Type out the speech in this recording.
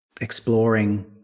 exploring